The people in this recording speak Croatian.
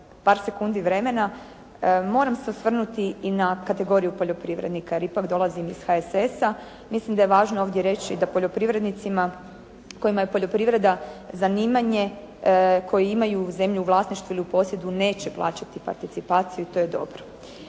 par sekundi vremena. Moram se osvrnuti i na kategoriju poljoprivrednika, jer ipak dolazim iz HSS-a. mislim da je važno ovdje reći da poljoprivrednicima kojima je poljoprivreda zanimanje, koji imaju zemlju u vlasništvu ili posjedu neće plaćati participaciju i to je dobro.